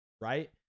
right